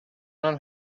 not